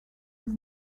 was